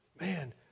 Man